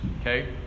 Okay